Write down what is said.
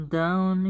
down